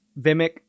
Vimic